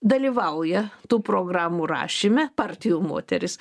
dalyvauja tų programų rašyme partijų moteris